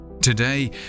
today